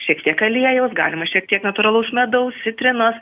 šiek tiek aliejaus galima šiek tiek natūralaus medaus citrinos